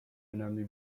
önemli